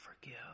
forgive